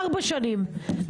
ארבע שנים,